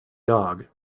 dog